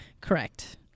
Correct